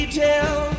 tell